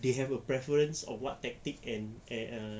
they have a preference of what tactics and and uh